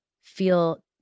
feel